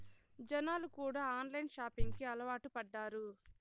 జనాలు కూడా online shopping కి అలవాటు పడ్డారు